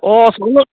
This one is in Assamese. অঁ চাউল